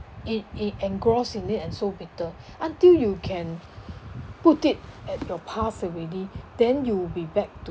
it it engrossed in it and so bitter until you can put it at your past already then you'll be back to